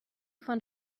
von